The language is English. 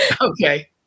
Okay